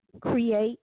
create